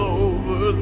over